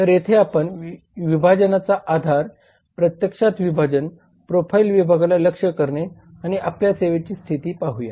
तर येथे आपण विभाजनाचा आधार प्रत्यक्षात विभाजन प्रोफाइल विभागाला लक्ष्य करणे आणि आपल्या सेवेची स्थिती पाहूया